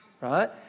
right